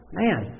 man